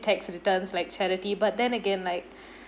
tax returns like charity but then again like